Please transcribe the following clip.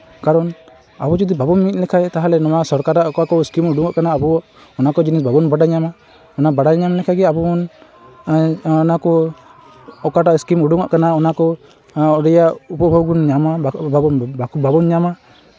ᱠᱟᱨᱚᱱ ᱟᱵᱚ ᱡᱩᱫᱤ ᱵᱟᱵᱚᱱ ᱢᱤᱫ ᱞᱮᱱᱠᱷᱟᱱ ᱛᱟᱦᱚᱞᱮ ᱱᱚᱣᱟ ᱥᱚᱨᱠᱟᱨᱟᱜ ᱚᱠᱟ ᱠᱚ ᱥᱠᱤᱢ ᱩᱰᱩᱠᱚᱜ ᱠᱟᱱᱟ ᱟᱵᱚ ᱚᱱᱟ ᱠᱚ ᱡᱤᱱᱤᱥ ᱵᱟᱵᱚᱱ ᱵᱟᱰᱟᱭ ᱧᱟᱢᱟ ᱚᱱᱟ ᱵᱟᱰᱟᱭ ᱧᱟᱢ ᱞᱮᱱᱠᱷᱟᱱ ᱜᱮ ᱟᱵᱚ ᱵᱚᱱ ᱚᱱᱟ ᱠᱚ ᱚᱠᱟᱴᱟᱜ ᱥᱠᱤᱢ ᱩᱰᱩᱠᱚᱜ ᱠᱟᱱᱟ ᱚᱱᱟ ᱠᱚ ᱨᱮᱭᱟᱜ ᱩᱯᱚᱵᱷᱳᱜᱽ ᱵᱚᱱ ᱧᱟᱢᱟ ᱵᱟᱠᱚ ᱵᱟᱵᱚᱱ ᱧᱟᱢᱟ